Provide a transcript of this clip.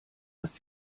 dass